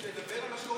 שידבר על מה שקורה,